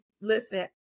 listen